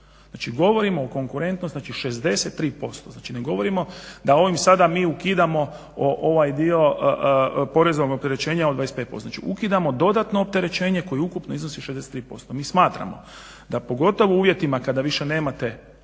Znači govorimo o konkurentnosti znači 63%, znači ne govorimo da ovim sada mi ukidamo ovaj dio poreznog opterećenja od 25%, znači ukidamo dodatno opterećenje koje ukupno iznosi 63%. Mi smatramo da pogotovo u uvjetima kada više nemate